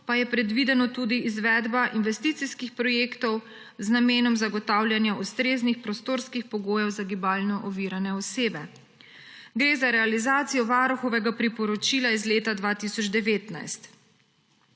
pa je predvidena tudi izvedba investicijskih projektov z namenom zagotavljanja ustreznih prostorskih pogojev za gibalno ovirane osebe. Gre za realizacijo varuhovega priporočila iz leta 2019.